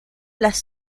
las